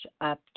up